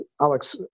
Alex